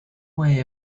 way